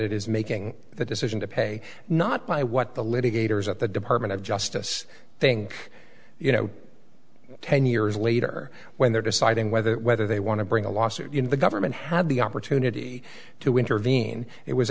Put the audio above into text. it is making the decision to pay not by what the litigators at the department of justice think you know ten years later when they're deciding whether whether they want to bring a lawsuit the government have the opportunity to intervene